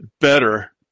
better